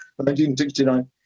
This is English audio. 1969